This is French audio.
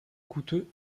coûteux